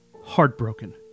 heartbroken